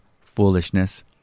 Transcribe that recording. foolishness